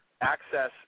access